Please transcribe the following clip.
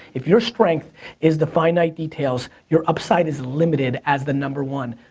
if your strength is the finite details, your upside is limited as the number one.